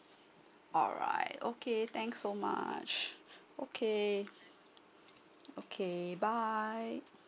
alright okay thanks so much okay okay bye